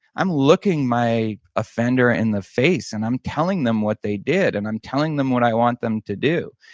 i'm looking my offender in the face, and i'm telling them what they did, and i'm telling them what i want them to do.